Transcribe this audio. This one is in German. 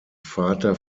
vater